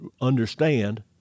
understand